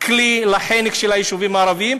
כלי לחנק של היישובים הערביים,